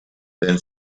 then